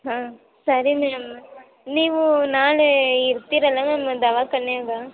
ಹಾಂ ಸರಿ ಮೇಡಮ್ ನೀವೂ ನಾಳೇ ಇರ್ತಿರಲ್ಲ ಮ್ಯಾಮ್ ದವಾಖಾನ್ಯಾಗ